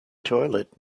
toilet